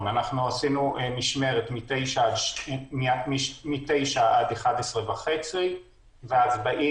עשינו משמרת מ-09:00 עד 11:30 והמשמרת הבאה